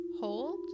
hold